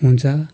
हुन्छ